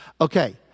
Okay